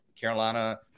Carolina –